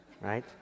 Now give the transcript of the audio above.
right